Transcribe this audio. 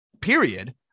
period